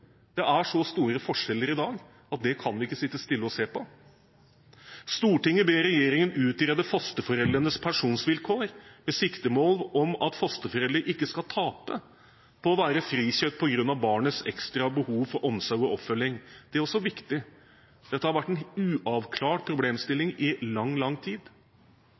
Det er så store forskjeller i dag at det kan vi ikke sitte stille og se på. Videre står det: «Stortinget ber regjeringen utrede fosterforeldres pensjonsvilkår med siktemål om at fosterforeldre ikke skal tape på å være frikjøpt på grunn av barnets ekstra behov for omsorg og oppfølging.» Det er også viktig, for dette har vært en uavklart problemstilling i lang, lang tid.